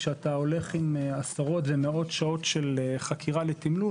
כשאתה הולך עם עשרות ומראות שעות של חקירה לתמלול,